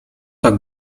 tak